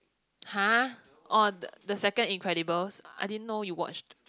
!huh! oh the the second Incredible I didn't know you watched